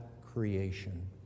creation